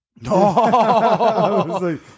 No